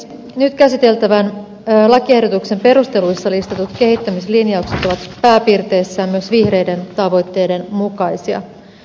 nyt käsiteltävän lakiehdotuksen perusteluissa listatut kehittämislinjaukset ovat pääpiirteissään myös vihreiden tavoitteiden mukaisia